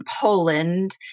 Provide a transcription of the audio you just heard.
Poland